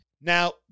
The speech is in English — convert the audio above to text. Now